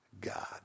God